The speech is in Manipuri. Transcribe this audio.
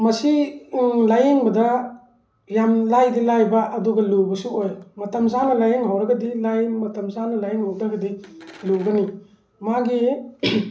ꯃꯁꯤ ꯂꯥꯏꯌꯦꯡꯕꯗ ꯌꯥꯝꯅ ꯂꯥꯏꯗꯤ ꯂꯥꯏꯕ ꯑꯗꯨꯒ ꯂꯨꯕꯁꯨ ꯑꯣꯏ ꯃꯇꯝ ꯆꯥꯅ ꯂꯥꯏꯌꯦꯡ ꯍꯧꯔꯒꯗꯤ ꯂꯥꯏ ꯃꯇꯝ ꯆꯥꯅ ꯂꯥꯏꯌꯦꯡ ꯍꯧꯗ꯭ꯔꯒꯗꯤ ꯂꯨꯒꯅꯤ ꯃꯥꯒꯤ